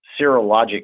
serologic